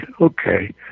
okay